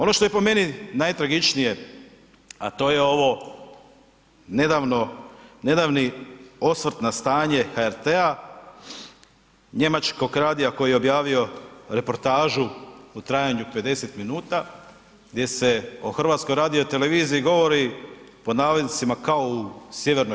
Ono što je po meni najtragičnije a to je ovo nedavni osvrt na stanje HRT-a, njemačkog radija koji je objavio reportažu u trajanju od 50 minuta, gdje se o HRT-u govori „kao u Sj.